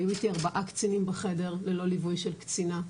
היו איתי ארבעה קצינים בחדר ללא ליווי של קצינה,